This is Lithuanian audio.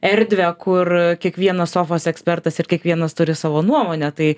erdvę kur kiekvienas sofos ekspertas ir kiekvienas turi savo nuomonę tai